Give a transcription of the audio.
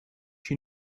you